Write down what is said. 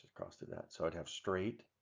costed that so i'd have straight